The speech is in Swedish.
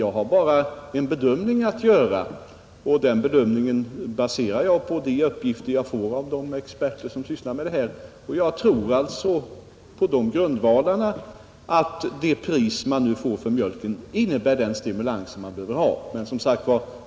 Jag gör bara en bedömning, och den baserar jag på de uppgifter jag får av de experter, som sysslar med dessa saker. På dessa grundvalar tror jag att det pris man nu fastställer för mjölken ger den stimulans som behövs.